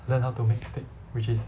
learn how to make steak which is